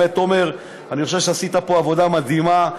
באמת, תומר, אני חושב שעשית פה עבודה מדהימה.